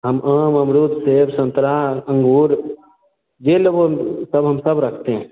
हम आम अमरूद सेब संतरा अंगूर यह ले बोल सब हम सब रखते हैं